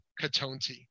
Katonti